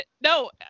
No